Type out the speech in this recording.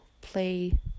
play